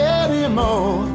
anymore